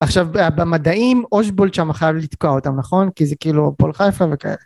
עכשיו במדעים עושבול שם חייב לתקוע אותם נכון כי זה כאילו הפועל חיפה וכאלה